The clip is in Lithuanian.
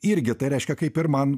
irgi tai reiškia kaip ir man